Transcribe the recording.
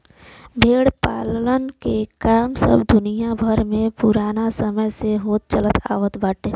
भेड़ पालला के काम सब दुनिया भर में पुराना समय से होत चलत आवत बाटे